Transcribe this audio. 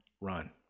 run